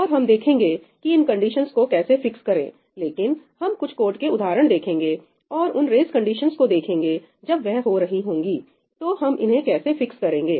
और हम देखेंगे कि इन कंडीशंस को कैसे फिक्स करें लेकिन हम कुछ कोड के उदाहरण देखेंगे और उन रेस कंडीशंस को देखेंगे जब वह हो रही होंगी तो हम इन्हें कैसे फिक्स करेंगे